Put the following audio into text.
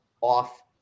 off